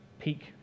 peak